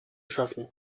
schaffen